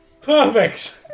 perfect